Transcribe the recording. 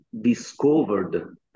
discovered